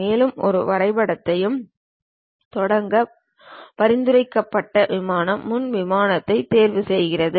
மேலும் எந்த வரைபடத்தையும் தொடங்க பரிந்துரைக்கப்பட்ட விமானம் முன் விமானத்தைத் தேர்வுசெய்கிறது